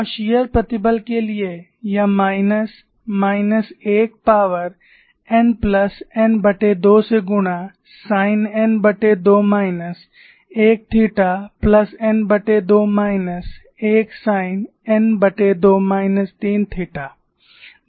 और शियर प्रतिबल के लिए यह minus minus 1 power n plus n2 से गुणा sine n2 minus 1 theta plus n2 minus 1 sine n2 minus 3 theta